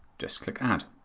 just click add.